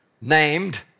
named